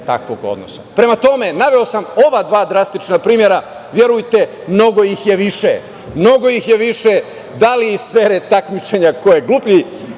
takvog odnosa. Prema tome, naveo sam ova dva drastična primera. Verujte, mnogo ih je više, da li iz sfere takmičenja ko je gluplji